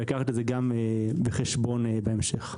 לקחת את זה בחשבון בהמשך.